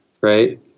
right